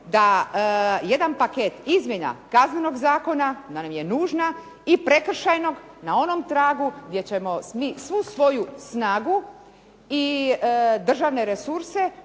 da jedan paket izmjena Kaznenog zakona da nam je nužna i prekršajnog na onom tragu gdje ćemo mi svu svoju snagu i državne resurse